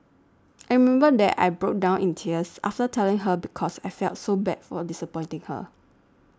I remember that I broke down in tears after telling her because I felt so bad for disappointing her